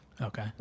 Okay